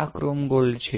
આ chrome gold છે